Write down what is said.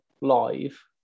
live